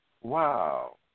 wow